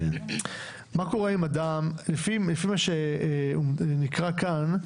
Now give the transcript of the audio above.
עמוד 5. לפי מה שנקרא כאן,